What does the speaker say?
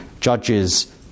Judges